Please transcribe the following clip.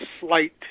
slight